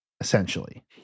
essentially